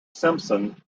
simpson